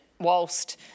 whilst